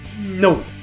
no